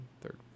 third